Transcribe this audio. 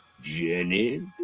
Jenny